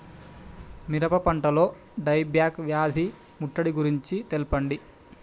మిరప పంటలో die back వ్యాధి ముట్టడి గురించి తెల్పండి?